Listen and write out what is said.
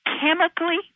chemically